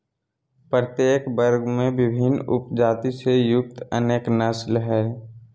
प्रत्येक वर्ग में विभिन्न उपजाति से युक्त अनेक नस्ल हइ